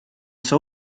sua